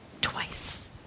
twice